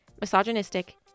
misogynistic